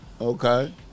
Okay